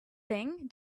thing